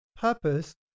Purpose